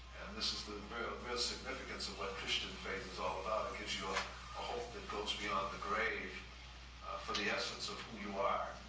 this is the real significance of what christian faith is all about. it gives you a hope that goes beyond the grave for the essence of who you are,